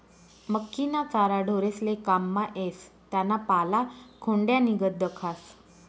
मक्कीना चारा ढोरेस्ले काममा येस त्याना पाला खोंड्यानीगत दखास